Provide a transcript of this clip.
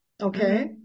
okay